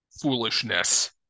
foolishness